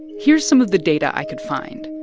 here's some of the data i could find.